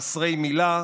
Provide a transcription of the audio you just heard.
חסרי מילה,